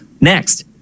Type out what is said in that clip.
Next